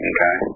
Okay